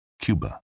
Cuba